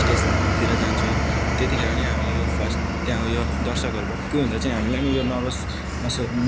स्टेजतिर जान्छु त्यतिखेर नै हामीले उयो फर्स्ट त्यहाँ उयो दर्शकहरू भक्कु हुँदा चाहिँ हामीलाई पनि यो नर्भस